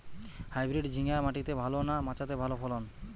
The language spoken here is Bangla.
হাইব্রিড ঝিঙ্গা মাটিতে ভালো না মাচাতে ভালো ফলন?